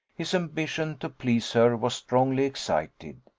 his ambition to please her was strongly excited.